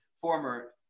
former